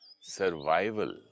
survival